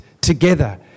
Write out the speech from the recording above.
together